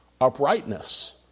uprightness